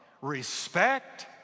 respect